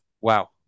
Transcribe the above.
Wow